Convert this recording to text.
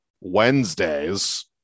Wednesdays